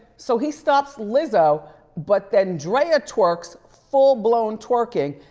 so he stops lizzo, but then draya twerks, full blown twerking,